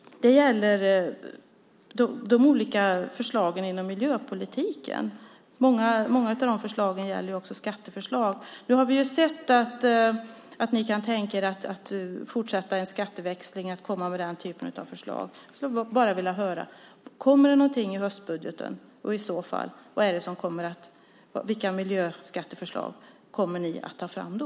Den gäller de olika förslagen inom miljöpolitiken. Många av dessa förslag är skatteförslag. Nu har vi sett att ni kan tänka er att fortsätta med en skatteväxling och komma med den typen av förslag. Jag skulle vilja höra om det kommer någonting i höstbudgeten om detta. Och i så fall: Vilka miljöskatteförslag kommer ni att ta fram då?